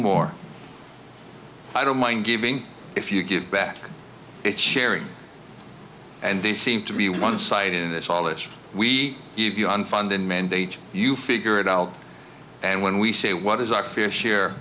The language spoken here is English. more i don't mind giving if you give back it sharing and they seem to be one sided and it's all if we give you unfunded mandate you figure it out and when we say what is our fair share